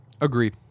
Agreed